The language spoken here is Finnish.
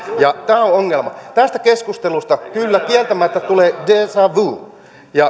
tämä on ongelma tästä keskustelusta kyllä kieltämättä tulee deja vu